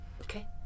Okay